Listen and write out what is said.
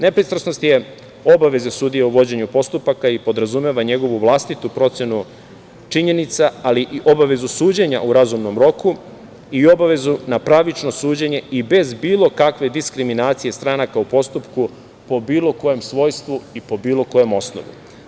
Nepristrasnost je obaveza sudija u vođenju postupaka i podrazumeva njegovu vlastitu procenu činjenica, ali i obavezu suđenja u razumnom roku i obavezu na pravično suđenje i bez bilo kakve diskriminacije stranaka u postupku po bilo kojem svojstvu i po bilo kojem osnovu.